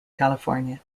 california